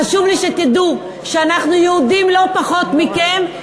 חשוב לי שתדעו שאנחנו יהודים לא פחות מכם,